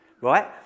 Right